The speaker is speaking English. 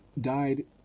died